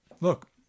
Look